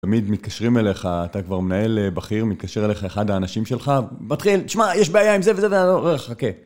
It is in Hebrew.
תמיד מתקשרים אליך, אתה כבר מנהל בכיר, מתקשר אליך אחד האנשים שלך, מתחיל, תשמע, יש בעיה עם זה וזה, ו... חכה.